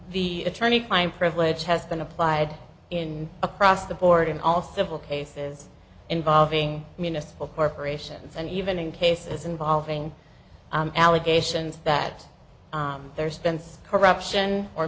the attorney client privilege has been applied in across the board in all civil cases involving municipal corporations and even in cases involving allegations that there spence corruption or